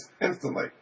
instantly